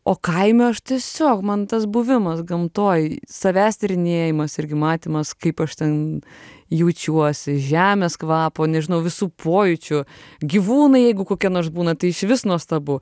o kaime aš tiesiog man tas buvimas gamtoj savęs tyrinėjimas irgi matymas kaip aš ten jaučiuosi žemės kvapo nežinau visų pojūčių gyvūnai jeigu kokie nors būna tai išvis nuostabu